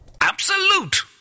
Absolute